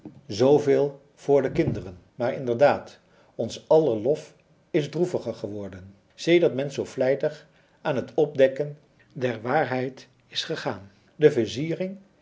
zooveel voor de kinderen maar inderdaad ons aller lof is droeviger geworden sedert men zoo vlijtig aan het opdekken der waarheid is gegaan de verziering